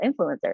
influencers